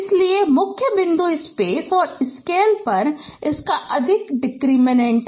इसलिए मुख्य बिंदु स्पेस और स्केल पर इस का अधिकतम डिटरमिनेंट है